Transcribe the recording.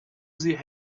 sie